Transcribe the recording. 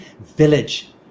village